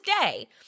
day